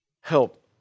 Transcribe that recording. Help